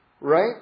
right